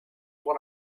want